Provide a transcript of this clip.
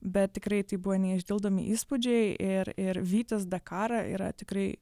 bet tikrai tai buvo neišdildomi įspūdžiai ir ir vytis dakarą yra tikrai